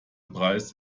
preis